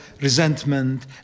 resentment